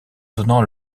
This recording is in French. donnant